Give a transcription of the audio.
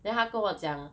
then 他跟我讲